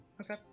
okay